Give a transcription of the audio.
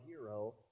hero